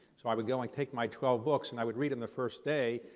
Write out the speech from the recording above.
so i would go and take my twelve books and i would read them the first day,